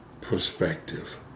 perspective